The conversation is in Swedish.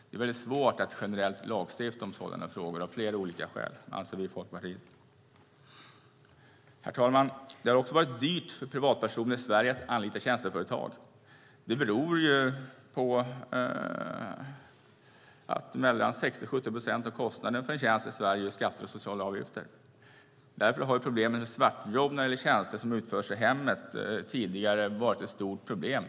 Det är väldigt svårt att generellt lagstifta om sådana frågor av flera olika skäl, anser vi i Folkpartiet. Herr talman! Det har varit dyrt för privatpersoner i Sverige att anlita tjänsteföretag. Det beror på att mellan 60 och 70 procent av kostnaderna för en tjänst i Sverige är skatter och sociala avgifter. Därför har problemet med svartjobb när det gäller tjänster som utförs i hemmet tidigare varit ett stort problem.